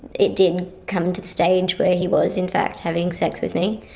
it did come to the stage where he was in fact having sex with me,